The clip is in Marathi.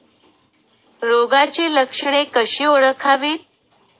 रोगाची लक्षणे कशी ओळखावीत?